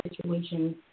situations